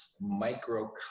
micro